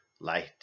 light